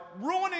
ruining